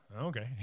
okay